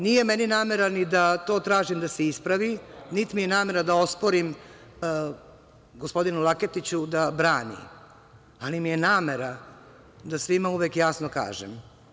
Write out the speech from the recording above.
Nije meni namera ni da to tražim da se ispravi, niti mi je namera da osporim gospodinu Laketiću da brani, ali mi je namera da svima uvek jasno kažem.